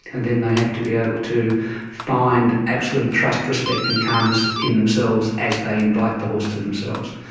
and then they have to be able to find absolute trust, respect and calmness in themselves as they invite the horse to themselves.